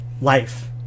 life